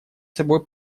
собой